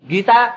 Gita